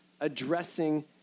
addressing